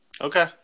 Okay